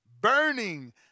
burning